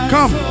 Come